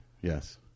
Yes